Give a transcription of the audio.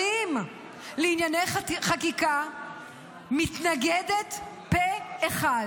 השרים לענייני חקיקה מתנגדת פה אחד?